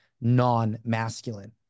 non-masculine